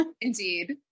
indeed